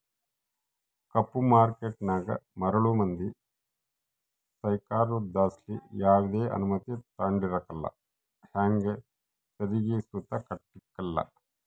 ಕಪ್ಪು ಮಾರ್ಕೇಟನಾಗ ಮರುಳು ಮಂದಿ ಸೃಕಾರುದ್ಲಾಸಿ ಯಾವ್ದೆ ಅನುಮತಿ ತಾಂಡಿರಕಲ್ಲ ಹಂಗೆ ತೆರಿಗೆ ಸುತ ಕಟ್ಟಕಲ್ಲ